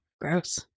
Gross